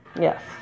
yes